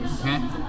Okay